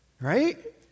right